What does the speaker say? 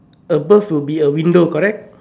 above would be a window correct